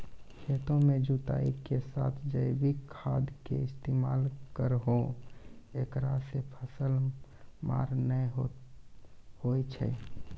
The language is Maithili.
खेतों के जुताई के साथ जैविक खाद के इस्तेमाल करहो ऐकरा से फसल मार नैय होय छै?